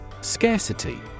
Scarcity